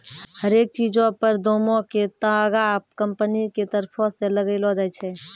हरेक चीजो पर दामो के तागा कंपनी के तरफो से लगैलो जाय छै